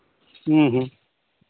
ह्म्म ह्म्म